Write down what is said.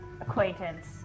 Acquaintance